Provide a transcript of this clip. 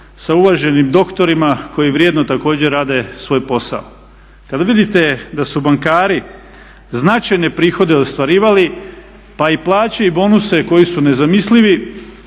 sa uvaženim doktorima koji vrijedno također rade svoj posao. Kada vidite da su bankari značajne prihode ostvarivali pa i plaće i bonuse koji su nezamislivi,